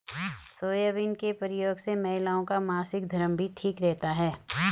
soybean के प्रयोग से महिलाओं का मासिक धर्म भी ठीक रहता है